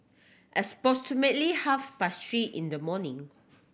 half past three in the morning